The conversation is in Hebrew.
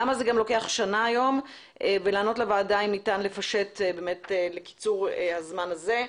למה זה לוקח שנה היום ולענות לוועדה אם ניתן לפשט ולקצר את הזמן הזה.